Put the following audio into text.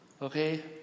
Okay